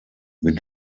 wir